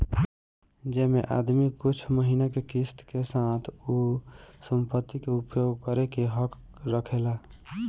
जेमे आदमी कुछ महिना के किस्त के साथ उ संपत्ति के उपयोग करे के हक रखेला